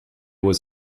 was